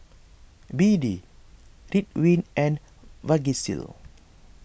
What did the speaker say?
B D Ridwind and Vagisil